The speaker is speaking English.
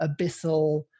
abyssal